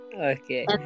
Okay